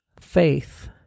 faith